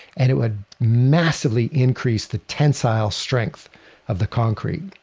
and it would massively increase the tensile strength of the concrete.